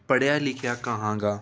ਪੜ੍ਹਿਆ ਲਿਖਿਆ ਕਹਾਂਗਾ